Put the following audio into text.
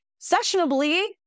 sessionably